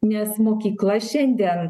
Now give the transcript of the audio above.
nes mokykla šiandien